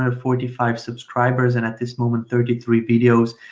and forty five subscribers and at this moment thirty three videos,